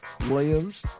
Williams